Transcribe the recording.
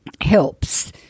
helps